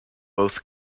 both